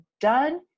done